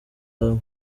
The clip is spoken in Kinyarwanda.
hawe